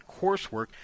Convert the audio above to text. coursework